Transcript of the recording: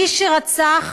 מי שרצח